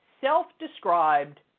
self-described